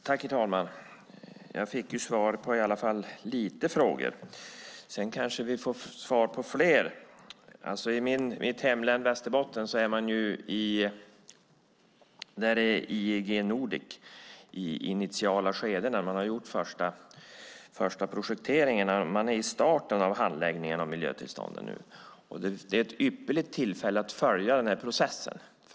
Herr talman! Jag fick i alla fall svar på några frågor. Sedan kanske vi får svar på fler. I mitt hemlän Västerbotten är man när det gäller IGE Nordic i det initiala skedet. Man har gjort den första projekteringen och är i starten av handläggningen av miljötillstånden. Det är ett ypperligt tillfälle att följa denna process.